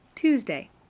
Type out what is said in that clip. tuesday.